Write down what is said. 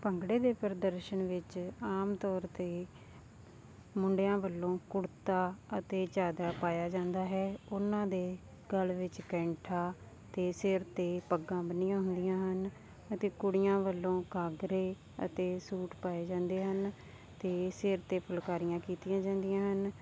ਭੰਗੜੇ ਦੇ ਪ੍ਰਦਰਸ਼ਨ ਵਿੱਚ ਆਮ ਤੌਰ 'ਤੇ ਮੁੰਡਿਆਂ ਵੱਲੋਂ ਕੁੜਤਾ ਅਤੇ ਚਾਦਰਾ ਪਾਇਆ ਜਾਂਦਾ ਹੈ ਉਹਨਾਂ ਦੇ ਗਲ ਵਿੱਚ ਕੈਂਠਾ ਅਤੇ ਸਿਰ 'ਤੇ ਪੱਗਾਂ ਬੰਨ੍ਹੀਆਂ ਹੁੰਦੀਆਂ ਹਨ ਅਤੇ ਕੁੜੀਆਂ ਵੱਲੋਂ ਘਾਗਰੇ ਅਤੇ ਸੂਟ ਪਾਏ ਜਾਂਦੇ ਹਨ ਅਤੇ ਸਿਰ 'ਤੇ ਫੁਲਕਾਰੀਆਂ ਕੀਤੀਆਂ ਜਾਂਦੀਆਂ ਹਨ